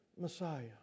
Messiah